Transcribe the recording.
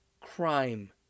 crime